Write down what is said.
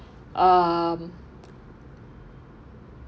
um